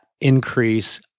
increase